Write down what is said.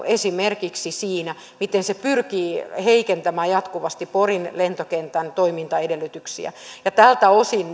esimerkiksi siinä miten se pyrkii heikentämään jatkuvasti porin lentokentän toimintaedellytyksiä tältä osin